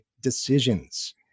decisions